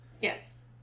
Yes